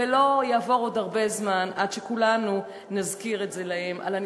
ולא יעבור עוד הרבה זמן עד שכולנו נזכיר להם את זה,